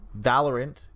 valorant